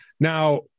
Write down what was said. Now